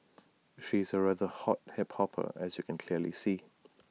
she's A rather hot hip hopper as you can clearly see